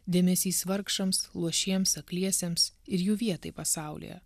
dėmesys vargšams luošiems akliesiems ir jų vietai pasaulyje